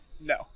No